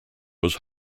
was